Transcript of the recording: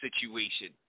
situation